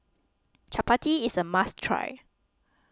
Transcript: Chappati is a must try